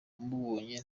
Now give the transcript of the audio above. umubonye